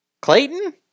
Clayton